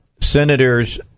Senators